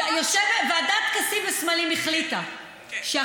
אני אגיד לך, נורא פשוט.